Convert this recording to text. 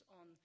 on